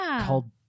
called